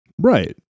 Right